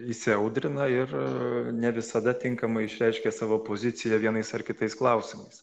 įsiaudrina ir ne visada tinkamai išreiškia savo poziciją vienais ar kitais klausimais